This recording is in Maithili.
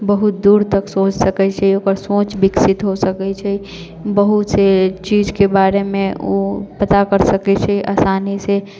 बहुत दूर तक सोचि सकै छै ओकर सोच विकसित हो सकै छै बहुत चीजके बारेमे ओ पता कर सकै छै आसानीसँ